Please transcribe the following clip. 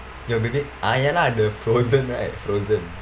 your baby ah ya lah the frozen right frozen